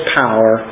power